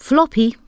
Floppy